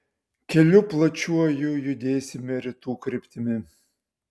keliu plačiuoju judėsime rytų kryptimi